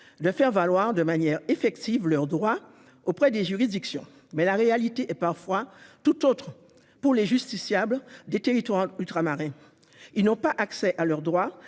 de faire valoir de manière effective leurs droits auprès des juridictions. Pourtant, la réalité est parfois tout autre pour les justiciables ultramarins : ils n'ont pas accès à leurs droits,